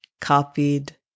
copied